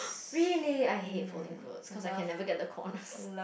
really I hate folding clothes cause I can never get the corners